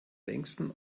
längsten